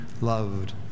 loved